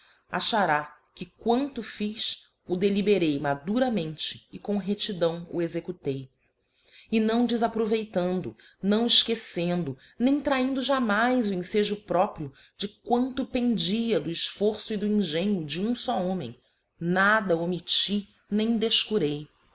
achará que quanto fiz o deliberei maduramente e com reátidão o executei e não defaproveitando não efquecendo nem traindo jamais o enfejo próprio de quanto pendia do efforço e do engenho de um fó homem nada omitti nem defcurei